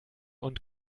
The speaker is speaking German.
und